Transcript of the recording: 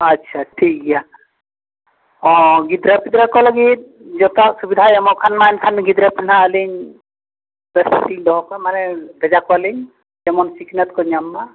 ᱟᱪᱪᱷᱟ ᱴᱷᱤᱠ ᱜᱮᱭᱟ ᱚᱻ ᱜᱤᱫᱽᱨᱟᱹ ᱯᱤᱫᱽᱨᱟᱹ ᱠᱚ ᱞᱟᱹᱜᱤᱫ ᱡᱚᱛᱚᱣᱟᱜ ᱥᱩᱵᱤᱫᱷᱟᱭ ᱮᱢᱚᱜ ᱠᱷᱟᱱ ᱢᱟ ᱮᱱᱠᱷᱟᱱ ᱜᱤᱫᱽᱨᱟᱹ ᱠᱚᱦᱟᱸᱜ ᱟᱹᱞᱤᱧ ᱵᱮᱥᱴᱷᱤᱠ ᱫᱚᱦᱚ ᱠᱚ ᱢᱟᱱᱮ ᱵᱷᱮᱡᱟ ᱠᱚᱣᱟᱞᱤᱧ ᱡᱮᱢᱚᱱ ᱥᱤᱠᱷᱱᱟᱹᱛ ᱠᱚ ᱧᱟᱢ ᱢᱟ